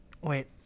Wait